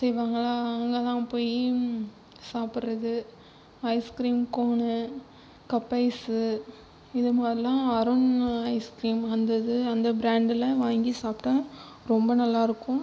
செய்வாங்கலாம் அங்கேலாம் போய் சாப்புடுறது ஐஸ்கீரிம் கோனு கப்பைஸ்சு இது மாரிலாம் அருண் ஐஸ்கீரிம் அந்த இது அந்த ப்ராண்டுலாம் வாங்கி சாப்பிடா ரொம்ப நல்லாயிருக்கும்